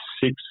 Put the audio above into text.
six